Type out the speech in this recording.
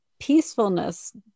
peacefulness